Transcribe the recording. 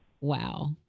Wow